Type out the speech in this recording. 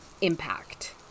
impact